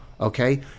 okay